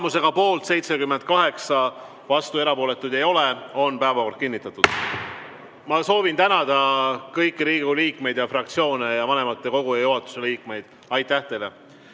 Tulemusega poolt 78, vastu ja erapooletuid ei ole on päevakord kinnitatud. Ma soovin tänada kõiki Riigikogu liikmeid ja fraktsioone ja vanematekogu ja juhatuse liikmeid. Aitäh teile!